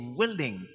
willing